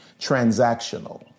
transactional